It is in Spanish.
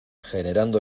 generando